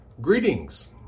Greetings